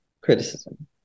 criticism